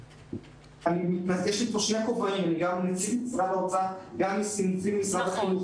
אני פה בשני כובעים: אני גם נציג משרד האוצר וגם נציג משרד החינוך.